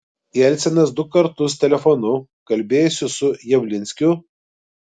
jelcinas du kartus telefonu kalbėjosi su javlinskiu